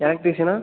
எலெக்ட்ரிஷியனா